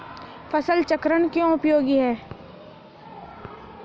फसल चक्रण क्यों उपयोगी है?